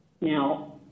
Now